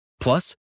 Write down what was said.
Plus